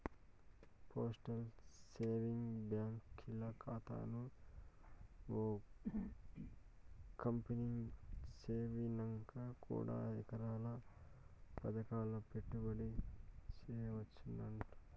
postal savings బాంకీల్ల కాతాను opening సేసినంక కూడా రకరకాల్ల పదకాల్ల పెట్టుబడి సేయచ్చంటగా